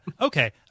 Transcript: okay